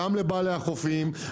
גם לבעלי החופים,